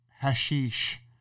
hashish